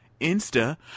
insta